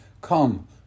Come